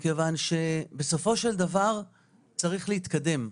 מכיוון שבסופו של דבר צריך להתקדם.